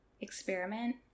experiment